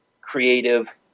creative